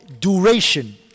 duration